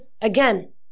again